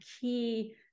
key